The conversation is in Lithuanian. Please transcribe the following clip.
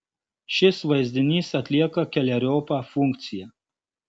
šis vaizdinys atlieka keleriopą funkciją